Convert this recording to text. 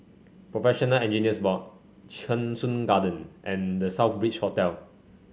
Professional Engineers Board Cheng Soon Garden and The Southbridge Hotel